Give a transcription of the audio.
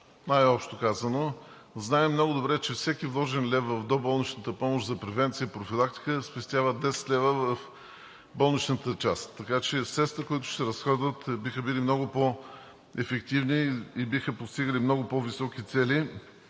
най-общо казано. Знаем много добре, че всеки вложен лев в доболничната помощ за превенция и профилактика спестява 10 лв. в болничната част. Така че средствата, които ще се разходват, биха били много по-ефективни и биха постигали много по-високи цели.